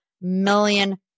million